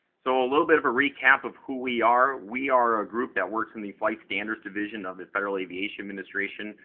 so, a little bit of a recap of who we are, we are a group that works in the flight standards division of the federal aviation administration.